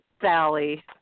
Sally